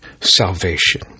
salvation